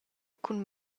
cun